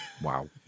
Wow